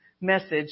message